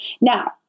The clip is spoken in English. Now